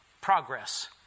progress